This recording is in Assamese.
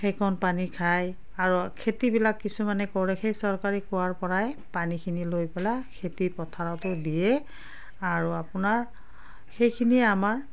সেইকণ পানী খায় আৰু খেতিবিলাক কিছুমানে কৰে সেই চৰকাৰী কুঁৱাৰ পৰাই পানীখিনি লৈ পেলাই খেতি পথাৰতো দিয়ে আৰু আপোনাৰ সেইখিনিয়েই আমাৰ